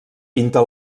pinta